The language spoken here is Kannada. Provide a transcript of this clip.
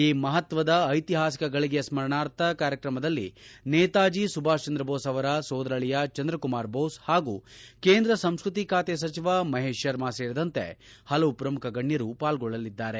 ಈ ಮಪತ್ವದ ಐತಿಹಾಸಿಕ ಫಳಿಗೆಯ ಸ್ಮರಣಾರ್ಥ ಕಾರ್ಯತ್ರಮದಲ್ಲಿ ನೇತಾಜಿ ಸುಭಾಷ್ ಚಂದ್ರಬೋಸ್ ಅವರ ಸೋದರಳಿಯ ಚಂದ್ರಕುಮಾರ್ ಬೋಸ್ ಪಾಗೂ ಕೇಂದ್ರ ಸಂಸ್ಕತಿ ಸಚಿವ ಮಹೇಶ್ ಶರ್ಮಾ ಸೇರಿದಂತೆ ಪಲವು ಪ್ರಮುಖ ಗಣ್ಯರು ಪಾಲ್ಗೊಳ್ಳಲಿದ್ದಾರೆ